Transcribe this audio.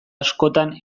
askotan